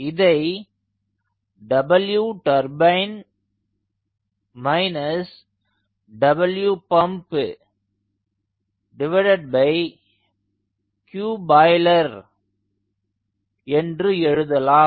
இதை QBoiler என்று எழுதலாம்